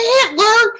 Hitler